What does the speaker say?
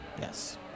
Yes